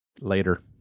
Later